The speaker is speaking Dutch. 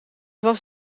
was